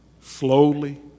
Slowly